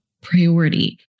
priority